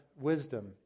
wisdom